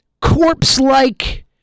corpse-like